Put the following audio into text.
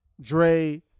Dre